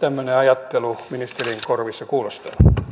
tämmöinen ajattelu ministerin korvissa kuulostaa